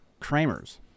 Kramers